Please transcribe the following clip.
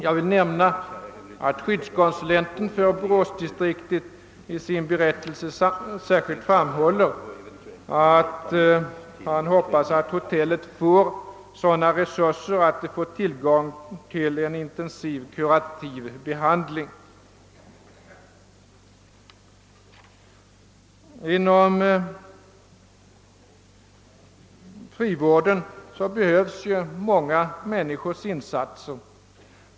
Jag vill nämna att skyddskonsulenten för boråsdistriktet speciellt framhåller i sin berättelse, att han hoppas att hotellet får särskilda resurser, så att en intensiv kurativ behandling möjliggörs. Inom frivården behövs ju många människors insatser.